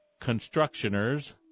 Constructioners